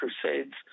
crusades